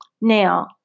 Now